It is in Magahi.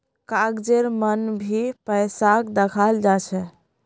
कागजेर मन भी पैसाक दखाल जा छे